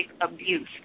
abuse